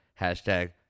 Hashtag